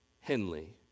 Henley